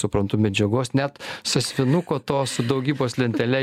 suprantu medžiagos net sąsiuvinuko to su daugybos lentele